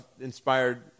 inspired